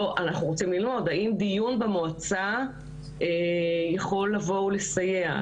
אם דיון במועצה יכול לסייע,